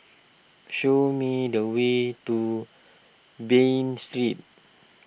show me the way to Bain Street